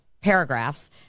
paragraphs